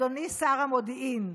אדוני שר המודיעין.